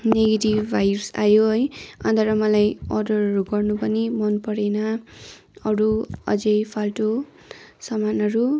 negative vibes आयो है अन्त र अर्डरहरू गर्नु पनि मन परेन अरू अझै फाल्टु साामानहरू